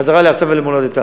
בחזרה לארצם ולמולדתם,